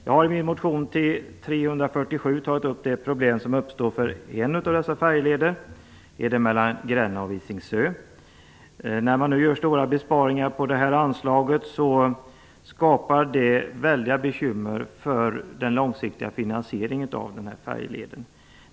Jag har i min motion T347 tagit upp det problem som har uppstått för en av dessa färjeleder, den mellan Gränna och Visingsö. När nu stora besparingar görs på det här anslaget skapas väldiga bekymmer för den långsiktiga finansieringen av den här färjeleden.